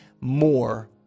more